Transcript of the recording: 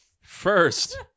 first